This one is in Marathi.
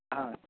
हां